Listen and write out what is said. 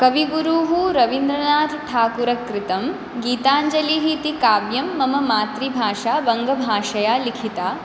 कविगुरुः रवीन्द्रनाथठाकुरकृतं गीताञ्जलिः इति काव्यं मम मातृभाषावङ्गभाषया लिखिता